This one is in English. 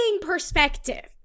perspective